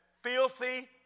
filthy